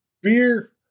beer